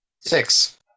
Six